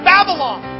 Babylon